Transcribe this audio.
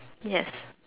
yes